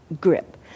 grip